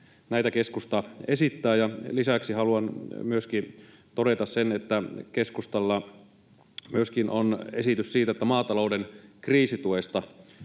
Näitä keskusta esittää. Lisäksi haluan myöskin todeta sen, että keskustalla on esitys myöskin siitä, että maatalouden kriisituesta